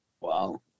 Wow